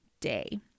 day